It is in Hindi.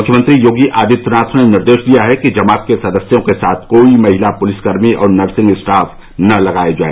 मुख्यमंत्री योगी आदित्यनाथ ने निर्देश दिया है कि जमात के सदस्यों के साथ कोई महिला पूलिसकर्मी और नर्सिंग स्टाफ न लगाया जाए